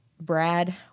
Brad